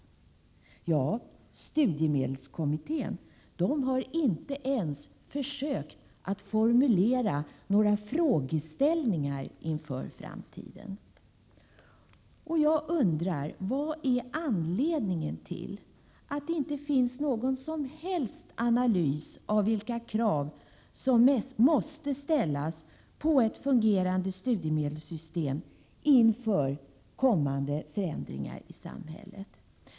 Ja, studiemedelskommittén har inte ens försökt att formulera några frågeställningar inför framtiden. Vad är anledningen till att det inte finns någon som helst analys av vilka krav som måste ställas på ett fungerande studiemedelssystem inför kommande förändringar i samhället?